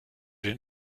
den